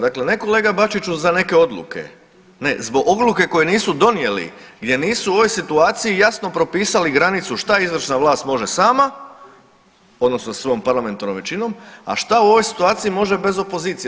Dakle, ne kolega Bačiću za neke odluke, ne zbog odluke koje nisu donijeli, gdje nisu u ovoj situaciji jasno propisali granicu šta izvršna vlast može sama, odnosno svojom parlamentarnom većinom, a šta u ovoj situaciji može bez opozicije.